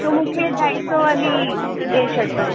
तो मूंखे ढाई सौ वाली ॾेई छॾिजो